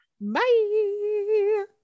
Bye